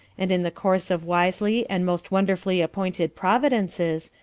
and in the course of wisely and most wonderfully appointed providences,